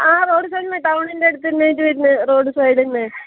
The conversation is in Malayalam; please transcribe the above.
ആ റോഡ് സൈഡിൽ തന്നെ ടൗണിൻ്റെ അടുത്തു നിന്ന് നേരെ വരുന്നത് റോഡ് സൈഡിൽ തന്നെ